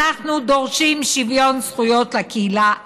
אנחנו דורשים שוויון זכויות לקהילה הגאה?